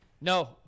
no